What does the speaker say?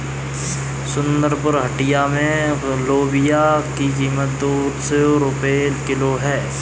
सुंदरपुर हटिया में लोबिया की कीमत दो सौ रुपए किलो है